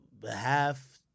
behalf